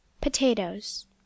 Potatoes